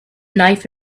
knife